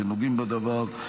שנוגעים בדבר,